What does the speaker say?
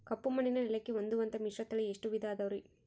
ಕಪ್ಪುಮಣ್ಣಿನ ನೆಲಕ್ಕೆ ಹೊಂದುವಂಥ ಮಿಶ್ರತಳಿ ಎಷ್ಟು ವಿಧ ಅದವರಿ?